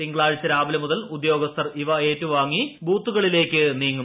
തിങ്കളാഴ്ച രാവിലെ മുതൽ ഉദ്യോഗസ്ഥർ ഇവ ഏറ്റുവാങ്ങി ബൂത്തുകളിലേക്ക് നീങ്ങും